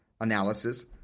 analysis